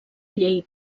llei